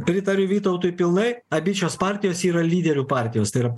pritariu vytautui pilnai abi šios partijos yra lyderių partijos tai yra